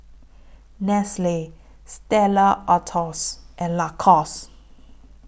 Nestle Stella Artois and Lacoste